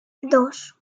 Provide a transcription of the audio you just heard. dos